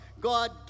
God